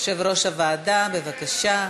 יושב-ראש הוועדה, בבקשה.